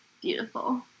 Beautiful